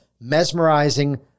Mesmerizing